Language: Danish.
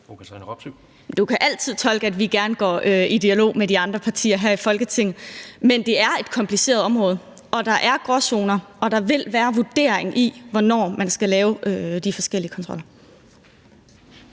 Du kan altid tolke det sådan, at vi gerne går i dialog med de andre partier her i Folketinget. Men det er et kompliceret område, og der er gråzoner, og der vil være vurdering i, hvornår man skal lave de forskellige kontroller.